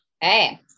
Hey